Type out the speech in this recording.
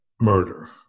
murder